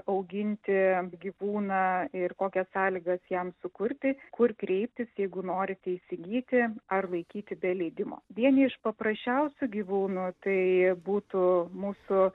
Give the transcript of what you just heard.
auginti gyvūną ir kokias sąlygas jam sukurti kur kreiptis jeigu norite įsigyti ar laikyti be leidimo vieni iš paprasčiausių gyvūnų tai būtų mūsų